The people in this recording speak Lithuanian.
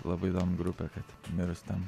labai įdomi grupė kad mirus ten